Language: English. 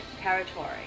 territory